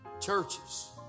churches